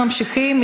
אנחנו ממשיכים.